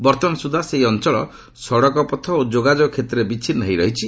ବର୍ଭମାନ ସୁଦ୍ଧା ସେହି ଅଞ୍ଚଳ ସଡ଼କପଥ ଓ ଯୋଗାଯୋଗ କ୍ଷେତ୍ରରେ ବିଚ୍ଛିନ୍ନ ହୋଇ ରହିଛି